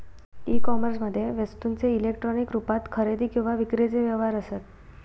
E कोमर्समध्ये वस्तूंचे electronic रुपात खरेदी किंवा विक्रीचे व्यवहार असत